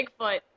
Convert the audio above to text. Bigfoot